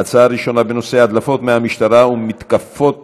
ההצעה הראשונה בנושא: ההדלפות מהמשטרה ומתקפות